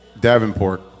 Davenport